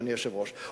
אדוני היושב-ראש,